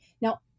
Now